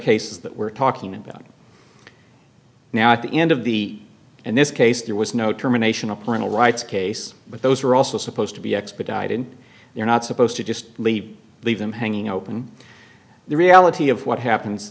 cases that we're talking about now at the end of the in this case there was no terminations a parental rights case but those are also supposed to be expedited you're not supposed to just leave leave them hanging open the reality of what happens